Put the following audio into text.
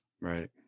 Right